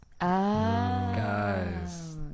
Guys